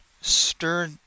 stirred